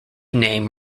name